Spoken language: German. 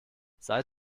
seit